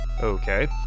Okay